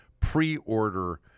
pre-order